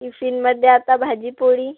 टिफिनमध्ये आता भाजी पोळी